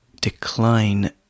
decline